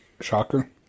Shocker